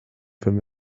von